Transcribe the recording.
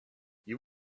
you